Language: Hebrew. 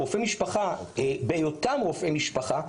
רופאי משפחה בהיותם רופאי משפחה,